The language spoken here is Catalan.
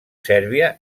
sèrbia